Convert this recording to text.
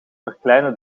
verkleinen